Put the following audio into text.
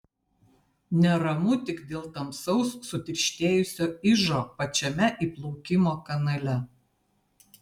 neramu tik dėl tamsaus sutirštėjusio ižo pačiame įplaukimo kanale